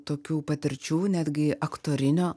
tokių patirčių netgi aktorinio